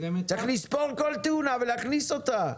צריך לספור כל תאונה ולהכניס אותה,